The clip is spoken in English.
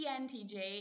ENTJ